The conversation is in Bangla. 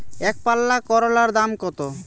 একপাল্লা করলার দাম কত?